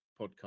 podcast